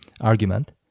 argument